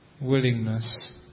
willingness